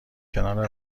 کنار